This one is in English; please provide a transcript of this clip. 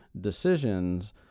decisions